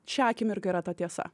šią akimirką yra ta tiesa